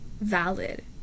valid